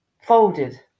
folded